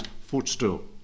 footstool